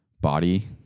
Body